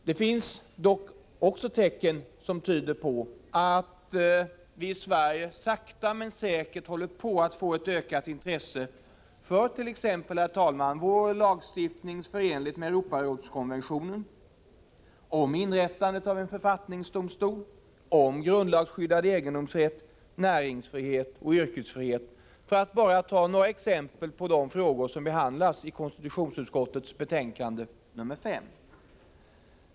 Det finns dock, herr talman, också tecken som tyder på att vi i Sverige sakta men säkert håller på att få ett ökat intresse för vår lagstiftnings förenlighet med Europarådskonventionen, inrättandet av en författningsdomstol, grundlagskyddad egendomsrätt, näringsfrihet och yrkesfrihet — för att bara ta några exempel på de frågor som behandlas i konstitutionsutskottets betänkande nr 5.